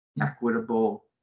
equitable